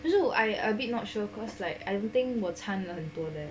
就是 I a bit not sure cause like I don't think 我惨了很多 leh